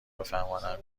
بفهمانم